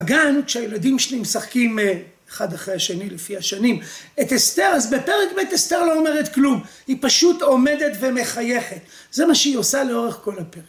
הגן, כשהילדים שלי משחקים אחד אחרי השני לפי השנים, את אסתר, אז בפרק ב אסתר לא אומרת כלום. היא פשוט עומדת ומחייכת. זה מה שהיא עושה לאורך כל הפרק.